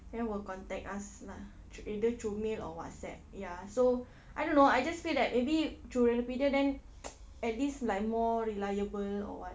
then will contact us lah through either through mail or WhatsApp ya so I don't know I just feel that maybe through Renopedia then at least like more reliable or what